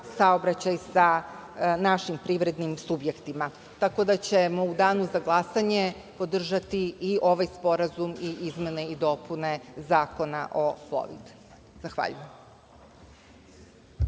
saobraćaj sa našim privrednim subjektima. Tako da, u danu za glasanje ćemo podržati i ovaj sporazum i izmene i dopune Zakona o plovidbi. Zahvaljujem.